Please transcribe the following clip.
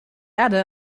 erde